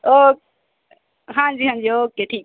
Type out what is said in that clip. ਓ ਹਾਂਜੀ ਹਾਂਜੀ ਓਕੇ ਠੀਕ